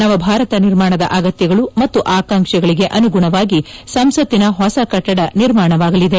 ನವಭಾರತ ನಿರ್ಮಾಣದ ಅಗತ್ಯಗಳು ಮತ್ತು ಆಕಾಂಕ್ಷೆಗಳಿಗೆ ಅನುಗುಣವಾಗಿ ಸಂಸತ್ತಿನ ಹೊಸ ಕಟ್ಟಡ ನಿರ್ಮಾಣವಾಗಲಿದೆ